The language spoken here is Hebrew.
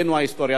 תודה רבה.